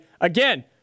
again